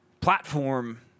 platform